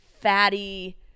fatty